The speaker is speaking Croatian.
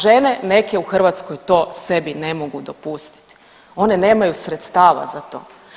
Žene neke u Hrvatskoj to sebi ne mogu dopustiti, one nemaju sredstava za to.